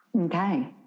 Okay